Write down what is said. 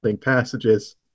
passages